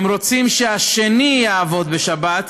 הם רוצים שהשני יעבוד בשבת,